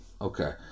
okay